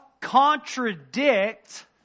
contradict